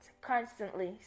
constantly